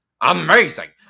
amazing